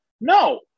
No